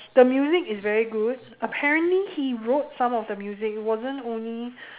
the music is very good apparently he wrote some of the music it wasn't only